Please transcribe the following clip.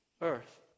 earth